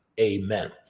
amen